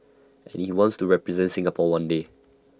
and he wants to represent Singapore one day